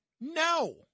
no